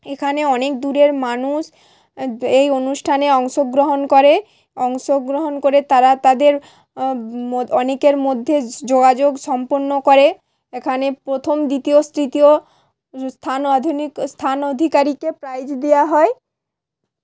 এখানে অনেক দূরের মানুষ এই অনুষ্ঠানে অংশগ্রহণ করে অংশগ্রহণ করে তারা তাদের ম অনেকের মধ্যে যোগাযোগ সম্পন্ন করে এখানে প্রথম দ্বিতীয় তৃতীয় স্থান স্থান অধিকারীকে প্রাইজ দেওয়া হয়